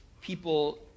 people